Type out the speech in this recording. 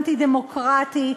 אנטי-דמוקרטי,